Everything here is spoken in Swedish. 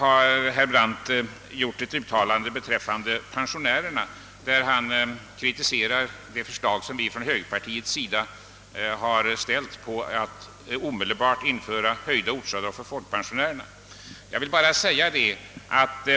Herr Brandt har kritiserat högerpartiets förslag om omedelbart införande av höjda ortsavdrag för folkpensionärerna. Jag vill bara säga att